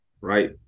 right